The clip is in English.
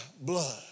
blood